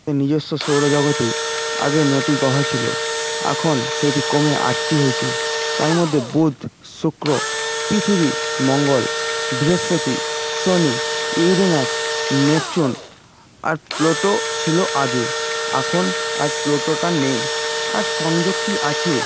নিজস্ব সৌর জগতে আগে নটি গ্রহ ছিল এখন সেটি কমে আটটি হয়েছে তার মধ্যে বুধ শুক্র পৃথিবী মঙ্গল বৃহঃস্পতি শনি ইউরেনাস নেপচুন আর প্লুটো ছিল আগে এখন আর প্লুটোটা নেই আর সংযুক্তি আছে